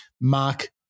Mark